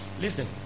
listen